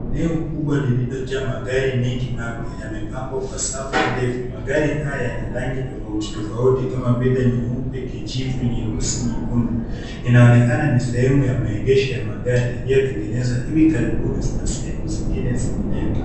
Eneo kubwa lililojaa magari mengi mapya yamepangwa kwa safu ndefu. Magari haya yana rangi tofauti tofauti kama vile nyeupe, kijivu, nyeusi, nyekundu. Inaonekana ni sehemu ya maegesho ya magari yaliyotengenezwa hivi karibuni na sehemu zingine zinginezo.